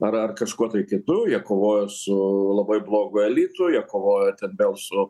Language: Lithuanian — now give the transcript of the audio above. ar ar kažkuo tai kitu jie kovojo su labai blogu elitu jie kovojo ten vėl su